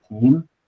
team